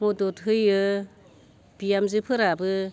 मदद होयो बिहामजोफोराबो